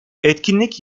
etkinlik